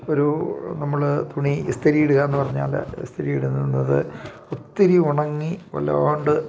ഒരു നമ്മൾ തുണി ഇസ്തിരി ഇടുക എന്നു പറഞ്ഞാൽ ഇസ്തിരി ഇടുന്നത് ഒത്തിരി ഉണങ്ങി വല്ലാണ്ട്